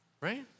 right